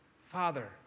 Father